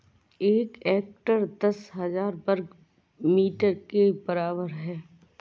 एक हेक्टेयर दस हजार वर्ग मीटर के बराबर है